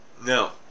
no